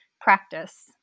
practice